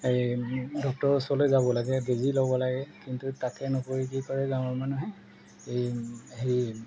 এই ডক্তৰৰ ওচৰলৈ যাব লাগে বেজী ল'ব লাগে কিন্তু তাকে নকৰি কি কৰে গাঁৱৰ মানুহে এই হেৰি